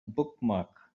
bookmark